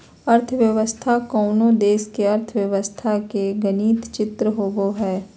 अर्थव्यवस्था कोनो देश के अर्थव्यवस्था के गणित चित्र होबो हइ